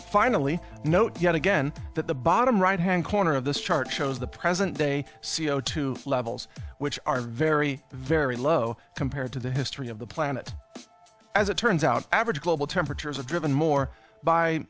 finally note yet again that the bottom right hand corner of this chart shows the present day c o two levels which are very very low compared to the history of the planet as it turns out average global temperatures are driven more by